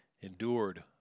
endured